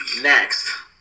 Next